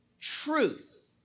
truth